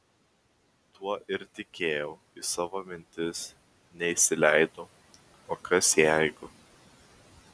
tuo ir tikėjau į savo mintis neįsileidau o kas jeigu